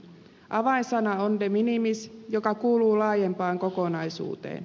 avainsana on de minimis joka kuuluu laajempaan kokonaisuuteen